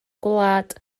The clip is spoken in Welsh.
gwlad